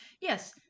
Yes